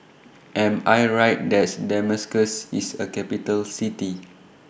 Am I Right that Damascus IS A Capital City